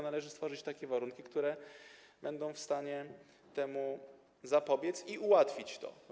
Należy więc stworzyć takie warunki, które będą w stanie temu zapobiec i ułatwić to.